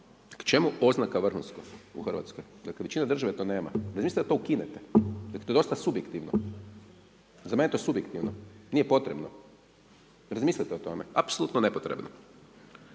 čemu oznaka vrhunsko u Hrvatskoj, jer 1/3 države to nema, daj zamislite da to ukinete, dosta je to subjektivno. Za mene je to subjektivno, nije potrebno, razmislite o tome, apsolutno nepotrebno.